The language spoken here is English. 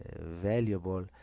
valuable